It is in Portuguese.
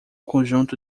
conjunto